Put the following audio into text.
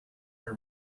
her